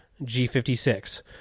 G56